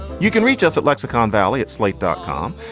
you can reach us at lexicon valley at slate dot com,